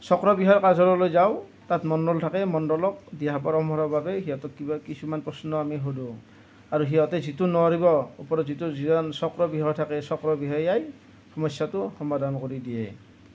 চক্ৰবিষয়া কাৰ্যালয়লৈ যাওঁ তাত মণ্ডল থাক মণ্ডলক দিহা পৰামৰ্শৰ বাবে সিহঁতক কিবা কিছুমান প্ৰশ্ন আমি সোধোঁ আৰু সিহঁতে যিটো নোৱাৰিব ওপৰত যিটো যিজন চক্ৰবিষয়া থাকে সেই চক্ৰবিষয়াই সমস্যাটো সমাধান কৰি দিয়ে